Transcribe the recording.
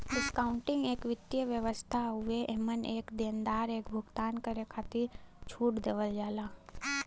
discounting एक वित्तीय व्यवस्था हउवे एमन एक देनदार एक भुगतान करे खातिर छूट देवल जाला